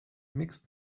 mixed